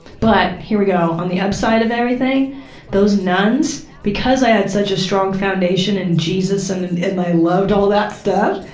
but, here we go, on the upside of everything those nuns, because i had such a strong foundation in jesus and and i loved all that stuff,